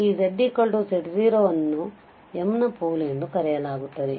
ಈ zz0 ಅನ್ನು m ನ ಪೋಲ್ ಎಂದು ಕರೆಯಲಾಗುತ್ತದೆ